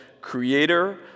creator